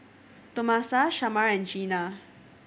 Tomasa Shamar and Jeanna